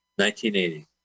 1980